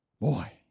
Boy